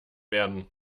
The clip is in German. werden